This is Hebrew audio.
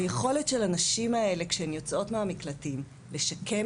היכולת של הנשים האלה כשהן יוצאות מהמקלטים לשקם